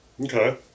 Okay